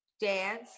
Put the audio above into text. dance